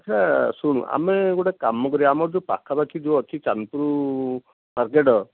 ଆଚ୍ଛା ଶୁଣ ଆମେ ଗୋଟେ କାମ କରିବା ଆମର ଯେଉଁ ପାଖାପାଖି ଯେଉଁ ଅଛି ଚାନ୍ଦପୁରୁ ମାର୍କେଟ୍